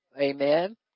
amen